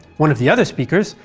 one of the other speakers,